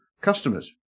customers